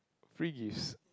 free gifts